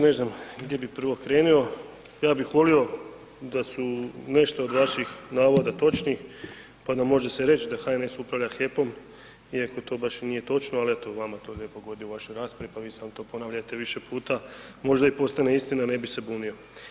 Ne znam gdje bi prvo krenuo, ja bih volio da su nešto od vaših navoda točni pa da može se reći da HNS upravlja HEP-om iako to baš i nije točno ali eto, vama to lijepo godi u vašoj raspravi pa vi samo to ponavljajte više puta, možda i postane istina, ne bi se bunio.